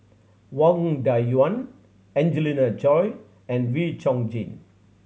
Wang Dayuan Angelina Choy and Wee Chong Jin